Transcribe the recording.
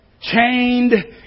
chained